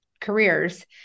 careers